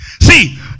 See